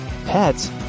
pets